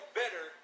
better